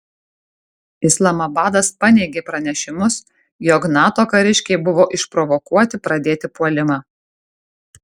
islamabadas paneigė pranešimus jog nato kariškiai buvo išprovokuoti pradėti puolimą